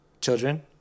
children